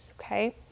okay